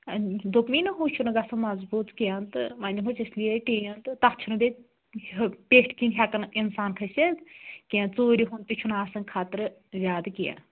دوٚپمٕے نہٕ ہُہ چھُنہٕ گژھن مضبوٗط کیٚنٛہہ تہٕ وَنۍِ دِموس اِسلیے ٹیٖن تہٕ تَتھ چھُنہٕ بیٚیہِ پیٹھ کِنۍ ہٮ۪کَن اِنسان کھٔسِتھ کینٛہہ ژوٗرِ ہُنٛد تہِ چھُنہٕ آسان خطرٕ زیادٕ کینٛہہ